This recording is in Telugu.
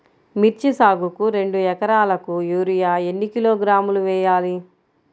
మిర్చి సాగుకు రెండు ఏకరాలకు యూరియా ఏన్ని కిలోగ్రాములు వేయాలి?